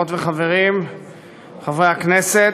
חברות וחברים חברי הכנסת,